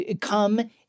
come